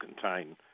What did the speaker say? contain